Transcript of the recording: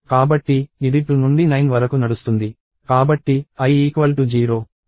కాబట్టి ఇది 2 నుండి 9 వరకు నడుస్తుంది